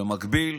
ובמקביל